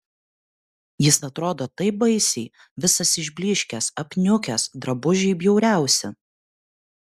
jis atrodo taip baisiai visas išblyškęs apniukęs drabužiai bjauriausi